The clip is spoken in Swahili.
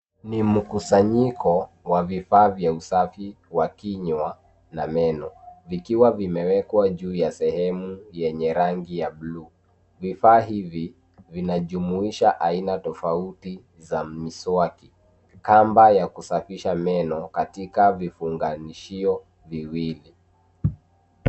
Ni mkusanyiko wa vifaa vya usafi wa kinywa na meno, vikiwa vimewekwa juu ya sehemu yenye rangi ya buluu. Vifaa hivi vinajumuisha aina tofauti za miswaki, kamba ya kusafisha meno katika vifunganishio viwili.